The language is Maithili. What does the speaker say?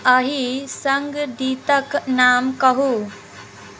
एहि सङ्गीतक नाम कहू